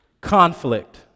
conflict